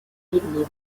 лідери